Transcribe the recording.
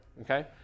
Okay